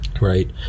Right